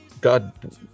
God